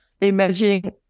imagining